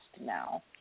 now